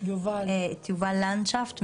יובל לנדשפט,